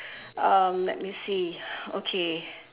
um let me see okay